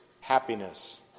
Happiness